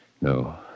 No